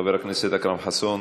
חבר הכנסת אכרם חסון,